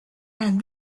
and